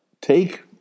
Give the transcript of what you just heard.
take